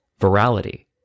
Virality